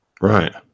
Right